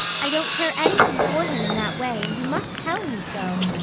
i don't care anything for him in that way, and you must tell him so.